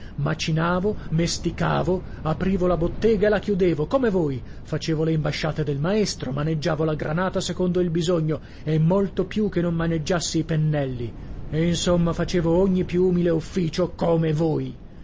bondone macinavo mesticavo aprivo la bottega e la chiudevo come voi facevo le imbasciate del maestro maneggiavo la granata secondo il bisogno e molto più che non maneggiassi i pennelli insomma facevo ogni più umile ufficio come voi